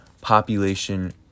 population